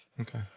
okay